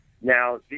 Now